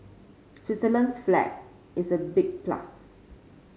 Switzerland's flag is a big plus